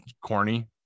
corny